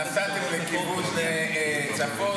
נסעתם לכיוון צפון,